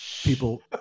people